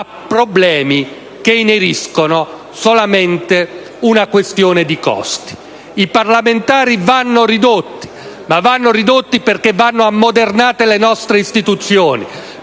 problemi che ineriscono solamente una questione di costi. I parlamentari vanno ridotti, ma perché vanno ammodernate le nostre istituzioni.